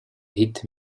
hit